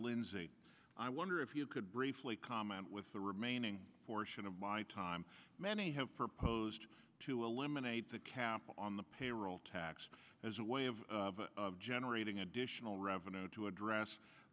lindsey i wonder if you could briefly comment with the remaining portion of my time many have proposed to eliminate the cap on the payroll tax as a way of generating additional revenue to address